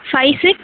five six